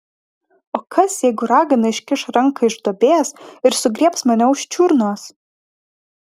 o kas jeigu ragana iškiš ranką iš duobės ir sugriebs mane už čiurnos